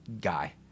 guy